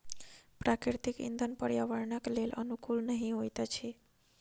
प्राकृतिक इंधन पर्यावरणक लेल अनुकूल नहि होइत अछि